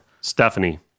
Stephanie